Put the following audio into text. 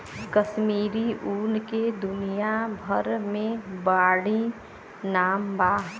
कश्मीरी ऊन के दुनिया भर मे बाड़ी नाम बा